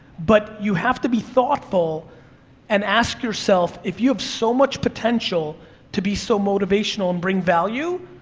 but you have to be thoughtful and ask yourself, if you have so much potential to be so motivational and bring value,